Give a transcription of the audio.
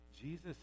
Jesus